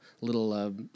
little